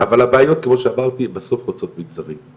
אבל הבעיות כמו שאמרתי הן בסוף חוצות מגזרים,